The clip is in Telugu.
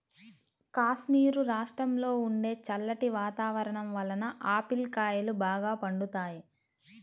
కాశ్మీరు రాష్ట్రంలో ఉండే చల్లటి వాతావరణం వలన ఆపిల్ కాయలు బాగా పండుతాయి